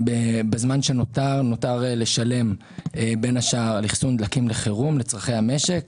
נותר לשלם בין השאר על אחסון דלקים לחירום לצורכי המשק,